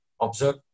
Observe